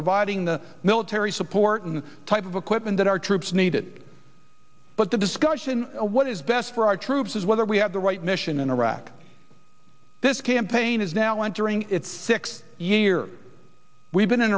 providing the military support and type of equipment that our troops needed but the discussion what is best for our troops is whether we have the right mission in iraq this campaign is now entering its sixth year we've been in